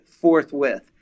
forthwith